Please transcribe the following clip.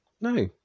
no